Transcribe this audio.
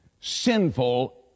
Sinful